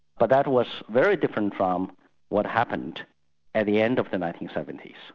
but that was very different from what happened at the end of the nineteen seventy s.